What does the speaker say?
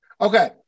Okay